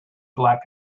black